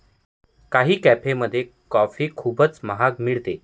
काही कॅफेमध्ये कॉफी खूपच महाग मिळते